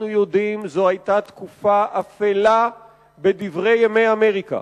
אנחנו יודעים היום שזו היתה תקופה אפלה בדברי ימי אמריקה.